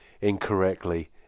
incorrectly